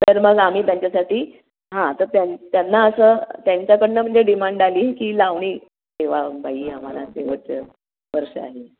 तर मग आम्ही त्यांच्यासाठी हां तर त्यां त्यांना असं त्यांच्याकडून म्हणजे डिमांड आली आहे की लावणी ठेवा बाई आम्हाला शेवटचं वर्ष आहे